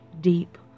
deep